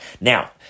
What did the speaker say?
Now